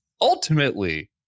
ultimately